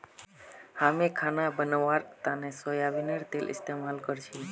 हामी खाना बनव्वार तने सोयाबीनेर तेल इस्तेमाल करछी